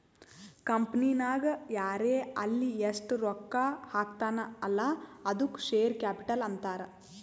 ಕಂಪನಿನಾಗ್ ಯಾರೇ ಆಲ್ಲಿ ಎಸ್ಟ್ ರೊಕ್ಕಾ ಹಾಕ್ತಾನ ಅಲ್ಲಾ ಅದ್ದುಕ ಶೇರ್ ಕ್ಯಾಪಿಟಲ್ ಅಂತಾರ್